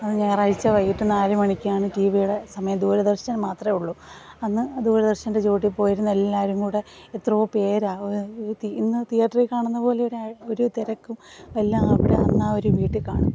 അത് ഞായറാഴ്ച്ച വൈകിയിട്ട് നാലു മണിക്കാണ് ടീ വിയുടെ സമയം ദൂരദർശൻ മാത്രമേ ഉള്ളു അന്നു ദൂരദർശൻ്റെ ചുവട്ടിൽ പോയിരുന്ന് എല്ലാവരുംകൂടെ എത്രയോ പേരാണ് ഇന്ന് തീയറ്ററിൽ കാണുന്നതുപോലെ ഒരു ഒരു തിരക്കും എല്ലാം അവിടെ അന്ന് ആ ഒരു വീട്ടിൽ കാണും